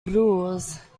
bruise